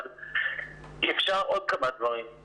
אם אפשר עוד כמה דברים.